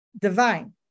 divine